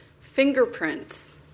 Fingerprints